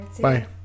Bye